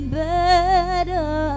better